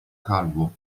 calvo